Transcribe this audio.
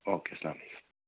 او کے اسلامُ علَیکُم